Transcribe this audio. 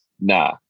nah